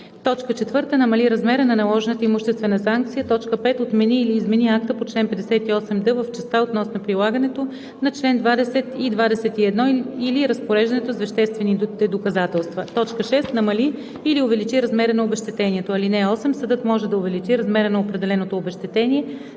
15, ал. 2; 4. намали размера на наложената имуществена санкция; 5. отмени или измени акта по чл. 58д в частта относно прилагането на чл. 20 и 21 или разпореждането с веществените доказателства; 6. намали или увеличи размера на обезщетението. (8) Съдът може да увеличи размера на определеното обезщетение